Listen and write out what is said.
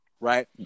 Right